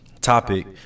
Topic